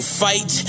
fight